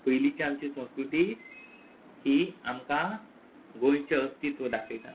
पयलींची आमची संस्कृती ही आमकां गोंयचें अस्तित्व दाखयता